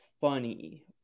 funny